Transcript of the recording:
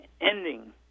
ending